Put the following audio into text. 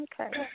Okay